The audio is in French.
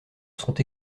sont